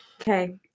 Okay